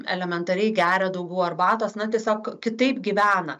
elementariai gera daugiau arbatos na tiesiog kitaip gyvena